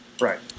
Right